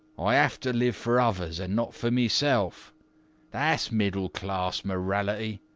i have to live for others and not for myself that's middle class morality.